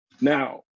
Now